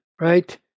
right